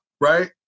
right